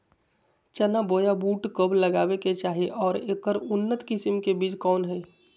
चना बोया बुट कब लगावे के चाही और ऐकर उन्नत किस्म के बिज कौन है?